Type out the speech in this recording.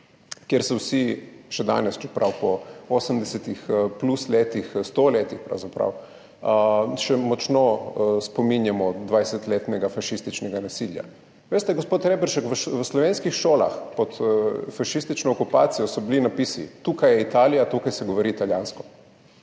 kjer se vsi še danes, čeprav po 80 plus letih, pravzaprav sto letih, še močno spominjamo 20-letnega fašističnega nasilja. Veste, gospod Reberšek, v slovenskih šolah so bili pod fašistično okupacijo napisi: »Tukaj je Italija. Tukaj se govori italijansko.«